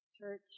Church